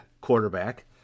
Quarterback